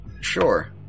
Sure